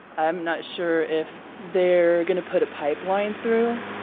i'm not sure if they're going to put a pipeline through?